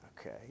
okay